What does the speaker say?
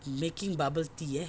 making bubble tea eh